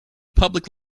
public